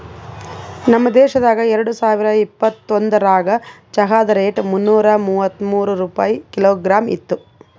ನಮ್ ದೇಶದಾಗ್ ಎರಡು ಸಾವಿರ ಇಪ್ಪತ್ತೊಂದರಾಗ್ ಚಹಾದ್ ರೇಟ್ ಮುನ್ನೂರಾ ಮೂವತ್ಮೂರು ರೂಪಾಯಿ ಕಿಲೋಗ್ರಾಮ್ ಇತ್ತು